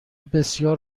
بسیار